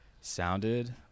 sounded